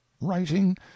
writing